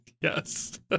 Yes